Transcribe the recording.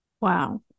Wow